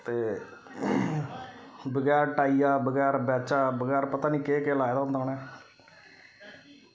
ते बगैर टाइया बगैर बैच्चा बगैर पता निं केह् केह् लाए दा होंदा उनें